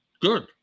good